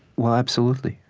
well, absolutely.